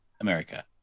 america